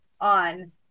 on